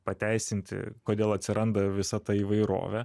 pateisinti kodėl atsiranda visa ta įvairovė